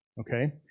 Okay